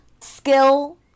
skill